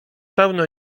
pełno